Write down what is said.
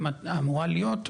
אם אמורה להיות,